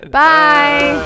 bye